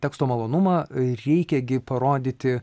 teksto malonumą reikia gi parodyti